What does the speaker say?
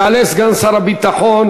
יעלה סגן שר הביטחון,